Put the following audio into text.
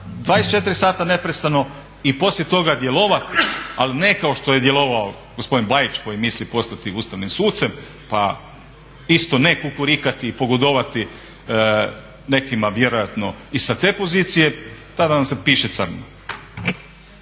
24 sata neprestano i poslije toga djelovati, ali ne kao što je djelovao gospodin Bajić koji misli postati ustavnim sucem, pa isto ne kukurikati i pogodovati nekima vjerojatno i sa te pozicije, tada nam se piše crno.